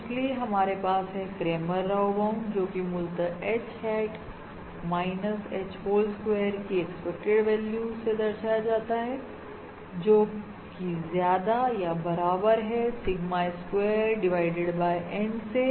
और इसलिए हमारे पास है क्रैमर राव बाउंड जो कि मूलतः H hat minus H whole square की एक्सपेक्टेड वैल्यू से दर्शाया जाता है जोकि ज्यादा या बराबर है sigma square divided by N से